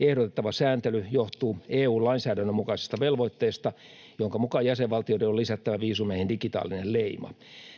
Ehdotettava sääntely johtuu EU-lainsäädännön mukaisista velvoitteista, joiden mukaan jäsenvaltioiden on lisättävä viisumeihin digitaalinen leima.